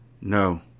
No